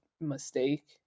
mistake